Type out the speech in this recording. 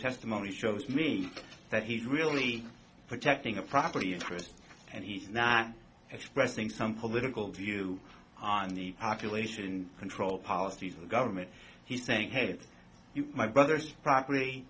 testimony shows me that he's really protecting of property interests and he's not expressing some political view on the population control policies of the government he's saying hey you my brothers proper